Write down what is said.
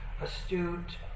astute